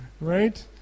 right